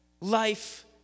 life